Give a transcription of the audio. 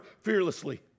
fearlessly